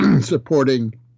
supporting